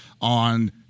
on